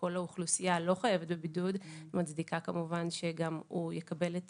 שכל האוכלוסייה לא חייבת בבידוד מצדיקה כמובן שגם הוא יקבל את